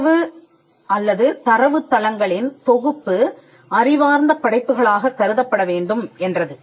தரவு அல்லது தரவுத் தளங்களின் தொகுப்பு அறிவார்ந்த படைப்புகளாகக் கருதப்பட வேண்டும் என்றது